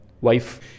Wife